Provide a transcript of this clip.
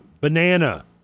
banana